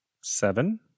seven